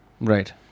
Right